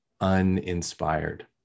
uninspired